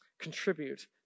contribute